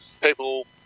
people